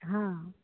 हँ